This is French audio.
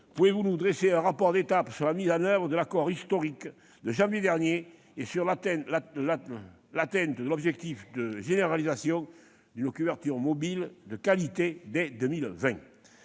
pouvez-vous nous dresser un rapport d'étape, quant à la mise en oeuvre de l'accord historique de janvier dernier et quant à l'atteinte de l'objectif de généralisation d'une couverture mobile de qualité dès 2020 ?